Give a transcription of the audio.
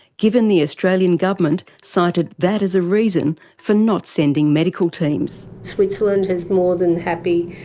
given the australian government cited that as a reason for not sending medical teams. switzerland is more than happy,